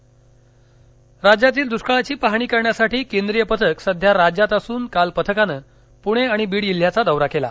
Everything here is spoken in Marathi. दृष्काळ पथक पाहणी राज्यातील दृष्काळाची पाहणी करण्यासाठी केंद्रीय पथक सध्या राज्यात असून काल पथकानं पूणे आणि बीड जिल्ह्याचा दौरा केला